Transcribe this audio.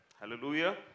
Hallelujah